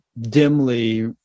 dimly